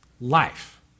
life